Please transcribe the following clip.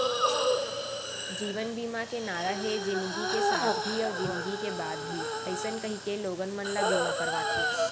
जीवन बीमा के नारा हे जिनगी के साथ भी अउ जिनगी के बाद भी अइसन कहिके लोगन मन ल बीमा करवाथे